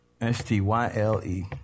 S-T-Y-L-E